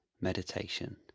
meditation